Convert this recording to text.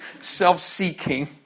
self-seeking